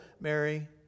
Mary